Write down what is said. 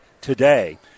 today